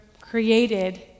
created